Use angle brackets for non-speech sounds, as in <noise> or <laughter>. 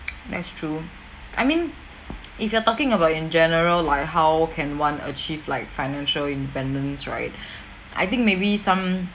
that's true I mean if you're talking about in general like how can one achieve like financial independence right <breath> I think maybe some